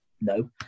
no